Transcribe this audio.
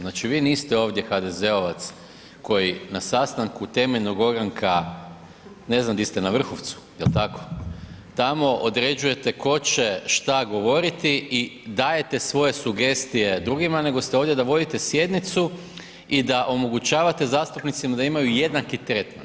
Znači vi niste ovdje HDZ-ovac koji na sastanku temeljnog ogranka, ne znam di ste, na Vrhovcu, jel' tako, tamo određujete ko će šta govoriti i dajete svoje sugestije drugima nego ste ovdje da vodite sjednicu i da omogućavate zastupnicima da imaju jednaki tretman.